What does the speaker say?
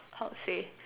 how to say